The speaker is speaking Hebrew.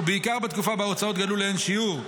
ובעיקר בתקופה שבה ההוצאות גדלו לאין-שיעור,